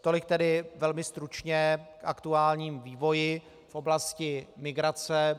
Tolik tedy velmi stručně k aktuálnímu vývoji v oblasti migrace.